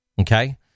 Okay